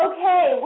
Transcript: Okay